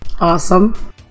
awesome